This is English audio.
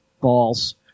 False